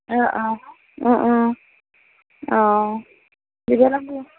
অঁ অঁ ওঁ ওঁ অঁ দিবা লাগিব